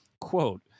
Quote